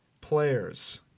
players